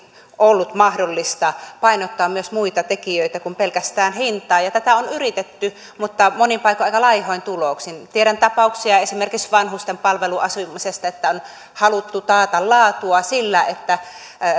ollut mahdollista painottaa myös muita tekijöitä kuin pelkästään hintaa ja ja tätä on yritetty mutta monin paikoin aika laihoin tuloksin tiedän tapauksia esimerkiksi vanhusten palveluasumisesta että on haluttu taata laatua sillä että